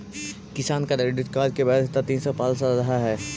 किसान credit card की वैधता तीन से पांच वर्ष रहअ हई